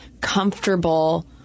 comfortable